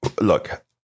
look